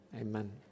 amen